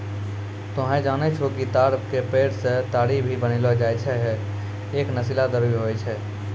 तोहं जानै छौ कि ताड़ के पेड़ सॅ ताड़ी भी बनैलो जाय छै, है एक नशीला द्रव्य होय छै